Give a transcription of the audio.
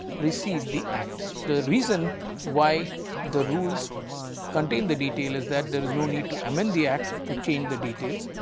receive the act the reason why the rules contain the detail is that there is no need to amend the act to change the details.